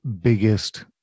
biggest